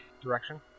direction